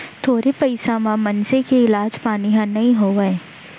थोरे पइसा म मनसे के इलाज पानी ह नइ होवय